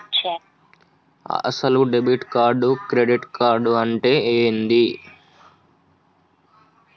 అసలు debit card credit card అంటే ఏంది?